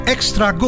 Extra